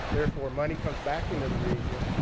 therefore, money comes back into the region.